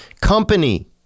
company